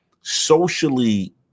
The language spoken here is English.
socially –